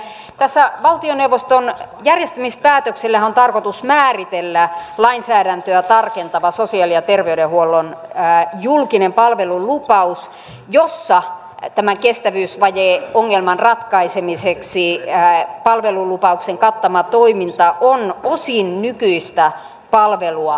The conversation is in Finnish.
nimittäin tässä valtioneuvoston järjestämispäätöksellähän on tarkoitus määritellä lainsäädäntöä tarkentava sosiaali ja terveydenhuollon julkinen palvelulupaus jossa tämän kestävyysvajeongelman ratkaisemiseksi palvelulupauksen kattama toiminta on osin nykyistä palvelua rajatumpi